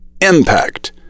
Impact